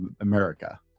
America